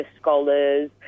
scholars